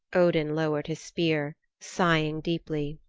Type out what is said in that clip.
odin lowered his spear, sighing deeply.